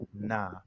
nah